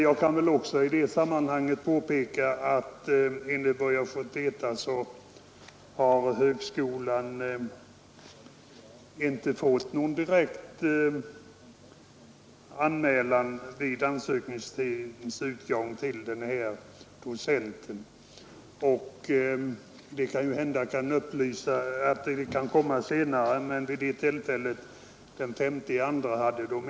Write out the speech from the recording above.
Jag kan också i detta sammanhang påpeka att skogshögskolan vid ansökningstidens utgång den 5 februari enligt vad jag fått veta inte hade någon sökande till denna docentur. Det kan hända att någon kan anmäla sig senare, men vid det tillfället fanns det ingen sökande.